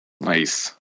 Nice